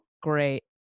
Great